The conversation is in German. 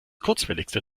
kurzwelligste